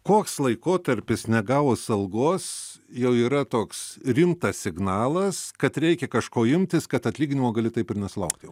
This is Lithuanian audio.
koks laikotarpis negavus algos jau yra toks rimtas signalas kad reikia kažko imtis kad atlyginimo gali taip ir nesulaukt jau